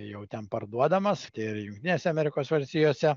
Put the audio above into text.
jau ten parduodamas ir jungtinėse amerikos valstijose